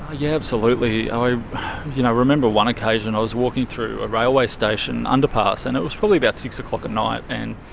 ah yeah absolutely. i you know remember one occasion, i was walking through a railway station underpass and it was probably about six o'clock at night and